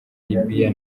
libya